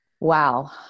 Wow